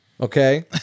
okay